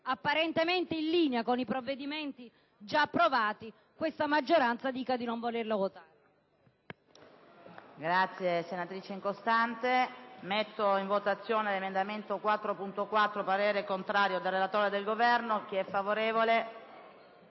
apparentemente in linea con i provvedimenti già approvati, questa maggioranza si esprima in maniera contraria.